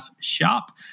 shop